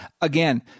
Again